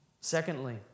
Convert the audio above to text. secondly